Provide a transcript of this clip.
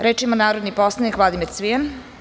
Reč ima narodni poslanik Vladimir Cvijan.